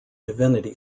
divinity